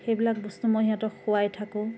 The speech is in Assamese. সেইবিলাক বস্তু মই সিহঁতক খুৱাই থাকোঁ